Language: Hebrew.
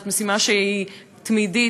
זאת משימה שהיא תמידית,